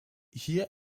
hier